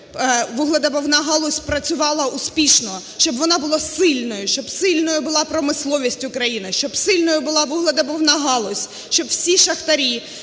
щоби вугледобувна галузь працювала успішно, щоб вона була сильною, щоб сильною була промисловість України, щоб сильною була вугледобувна галузь, щоб всі шахтарі